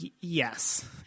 yes